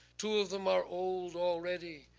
two of them are old already,